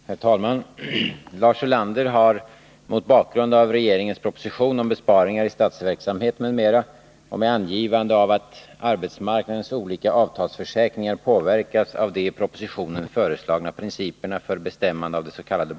Herr talman! Lars Ulander har — mot bakgrund av regeringens proposition om besparingar i statsverksamheten m.m. och med angivande av att arbetsmarknadens olika avtalsförsäkringar påverkas av de i propositionen föreslagna principerna för bestämmande av dets.k.